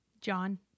John